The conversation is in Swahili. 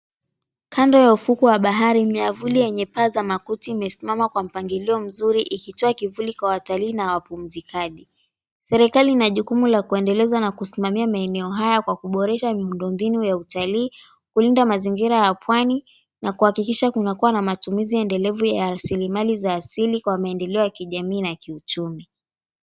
Kando ya ufuku wa bahari, miavuli yenye paa za makuti imesimama kwa mpangilio mzuri ikitoa kivuli kwa watalii na wapumzikaji. Serikali ina jukumu la kuendeleza na kusimamia maeneo haya kwa kuboresha miundombinu ya utalii, kulinda mazingira ya pwani na kuhakikisha kuna kuwa na matumizi endelevu ya risimali za asili kwa maendeleo ya kijamii na kichumi.